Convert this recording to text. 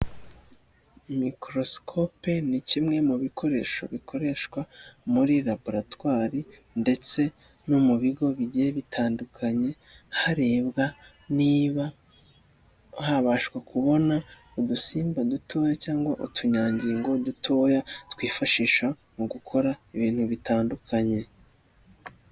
Mikorosikope ni kimwe mu bikoresho bikoreshwa muri laburatwari ndetse no mu bigo bigiye bitandukanye, harebwa niba habashwa kubona udusimba dutoya cyangwa utunyangingo dutoya, twifashisha mu gukora ibintu bitandukanye.